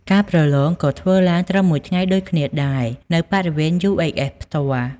ការប្រឡងក៏ធ្វើឡើងត្រឹម មួយថ្ងៃ ដូចគ្នាដែរ នៅ បរិវេណ UHS ផ្ទាល់ ។